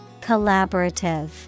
Collaborative